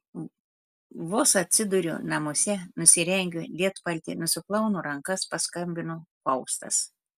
vos atsiduriu namuose nusirengiu lietpaltį nusiplaunu rankas paskambina faustas